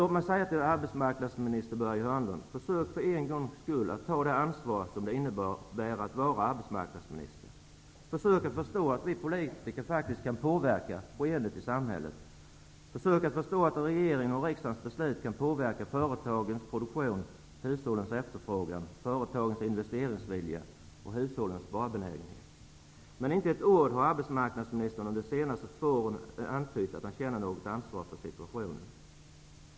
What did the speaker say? Låt mig säga till arbetsmarknadsminister Börje Hörnlund: Försök för en gångs skull att ta det ansvar som det innebär att vara arbetsmarknadsminister. Försök att förstå att vi politiker faktiskt kan påverka skeendet i samhället. Försök att förstå att regeringens och riksdagens beslut kan påverka företagens produktion och investeringsvilja samt hushållens efterfrågan och sparbenägenhet. Inte med ett ord har arbetsmarknadsministern under de senaste åren antytt att han känner något ansvar för situationen.